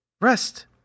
rest